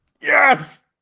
Yes